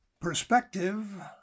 Perspective